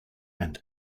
and